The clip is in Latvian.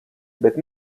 bet